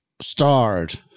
Starred